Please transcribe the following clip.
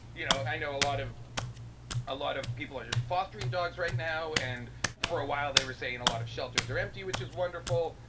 you know, i know a lot of a lot of people are fostering dogs right now. and for a while they were saying a lot of shelters are empty, which is wonderful.